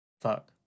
fuck